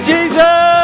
Jesus